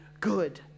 good